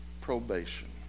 probation